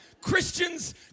Christians